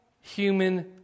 human